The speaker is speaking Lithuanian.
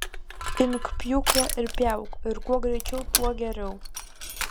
imk pjūklą ir pjauk ir kuo greičiau tuo geriau